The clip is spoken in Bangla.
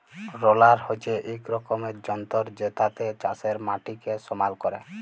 রলার হচ্যে এক রকমের যন্ত্র জেতাতে চাষের মাটিকে সমাল ক্যরে